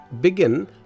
begin